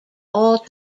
all